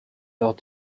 lors